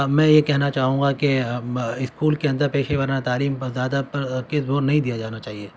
میں یہ کہنا چاہوں گا کہ اسکول کے اندر پیشے وارانہ تعلیم پر زیادہ زور نہیں دیا جانا چاہیے